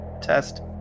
test